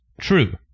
true